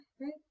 right